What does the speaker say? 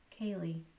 Kaylee